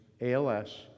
ALS